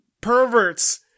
perverts